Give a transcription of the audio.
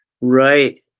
right